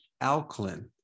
alkaline